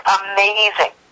amazing